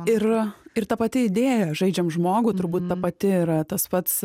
ir ir ta pati idėja žaidžiam žmogų turbūt ta pati yra tas pats